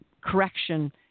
correction